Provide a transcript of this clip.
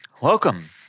Welcome